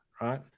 right